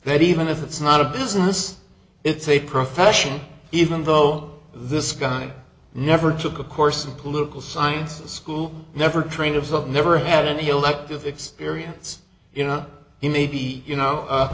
that even if it's not a business it's a profession even though this guy never took a course in political science school never train of thought never had any elective experience you know he maybe you know